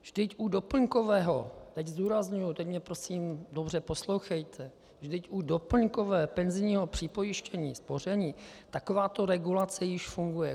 Vždyť u doplňkového teď zdůrazňuji, teď mě prosím dobře poslouchejte vždyť u doplňkového penzijního připojištění, spoření, takováto regulace již funguje.